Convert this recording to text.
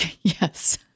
Yes